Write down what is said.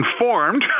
informed